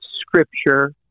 scripture